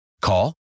Call